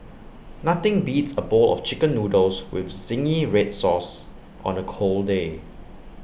nothing beats A bowl of Chicken Noodles with Zingy Red Sauce on A cold day